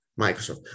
Microsoft